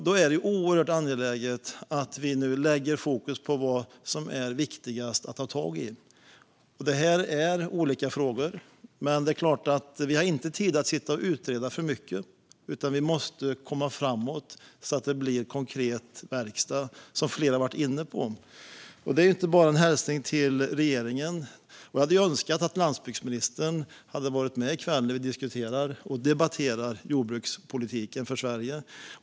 Då är det oerhört angeläget att vi nu lägger fokus på vad som är viktigast att ta tag i. Men vi har inte tid att sitta och utreda de olika frågorna för mycket, utan vi måste komma framåt så att det blir konkret verkstad, vilket flera har varit inne på. Det är inte bara en hälsning till regeringen. Jag hade önskat att landsbygdsministern hade varit med i kväll när vi debatterar jordbrukspolitiken för Sverige.